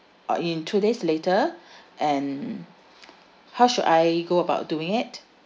uh in two days later and how should I go about doing it